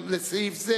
לסעיף 10,